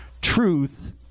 Truth